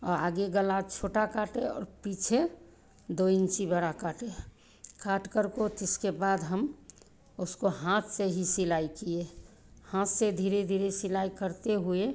और आगे गला छोटा काटे और पीछे दो इन्ची बड़ा काटे काट करको तिसके बाद हम उसको हाथ से ही सिलाइ किए हाथ से धीरे धीरे सिलाई करते हुए